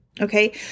Okay